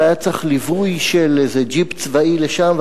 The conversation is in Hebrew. והיה צריך ליווי של איזה ג'יפ צבאי לשם.